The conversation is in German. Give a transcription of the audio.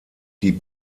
die